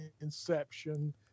Inception